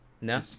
No